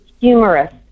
humorous